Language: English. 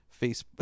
Facebook